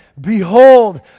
Behold